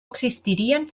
existirien